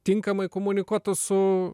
tinkamai komunikuotų su